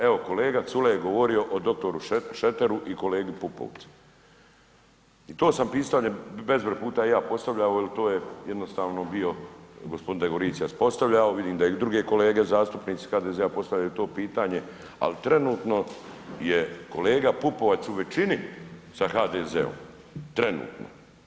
Evo, kolega Culej je govorio o doktoru Šeteru i kolegi Pupovcu i to sam pitanje bezbroj puta i ja postavljao jel to je jednostavno bio gospodin Degoricija postavljao, vidim da i drugi kolege zastupnici HDZ-a postavljaju to pitanje, al trenutno je kolega Pupovac u većini sa HDZ-om, trenutno.